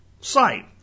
site